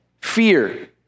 fear